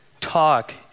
talk